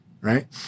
Right